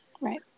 Right